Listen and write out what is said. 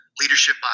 Leadership